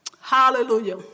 Hallelujah